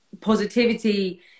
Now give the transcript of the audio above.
positivity